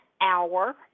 hour